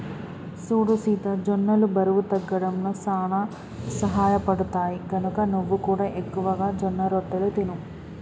సూడు సీత జొన్నలు బరువు తగ్గడంలో సానా సహయపడుతాయి, గనక నువ్వు ఎక్కువగా జొన్నరొట్టెలు తిను